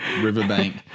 riverbank